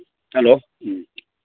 hello